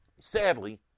Sadly